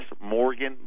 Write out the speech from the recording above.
Morgan